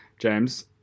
James